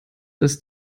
dass